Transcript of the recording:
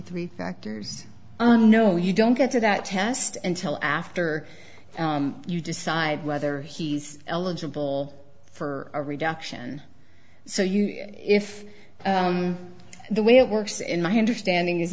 three factors no you don't get to that test and till after you decide whether he's eligible for a reduction so you if the way it works in my understanding is